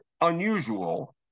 unusual